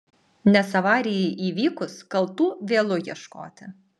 nes avarijai įvykus kaltų vėlu ieškoti